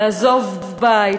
לעזוב בית,